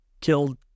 killed